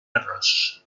arròs